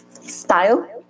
style